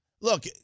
Look